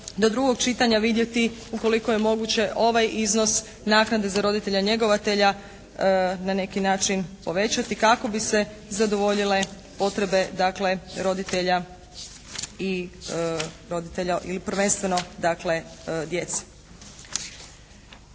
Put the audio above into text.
do drugog čitanja vidjeti ukoliko je moguće ovaj iznos naknade za roditelja njegovatelja na neki način povećati kako bi se zadovoljile potrebe dakle roditelja i, roditelja